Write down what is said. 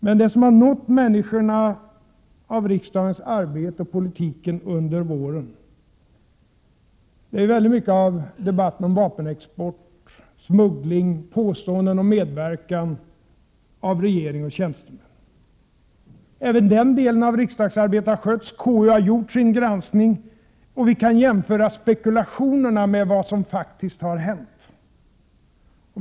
Men det som har nått människorna av riksdagens arbete och av politiken under våren, det är ju i stor utsträckning debatten om vapenexport, smuggling, påståenden om medverkan härvidlag av regering och tjänstemän. Även den delen av riksdagsarbetet har skötts. KU har gjort sin granskning, och vi kan jämföra spekulationerna med vad som faktiskt har hänt.